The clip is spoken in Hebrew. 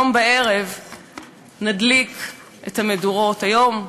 הערב נדליק את המדורות, היום,